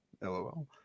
lol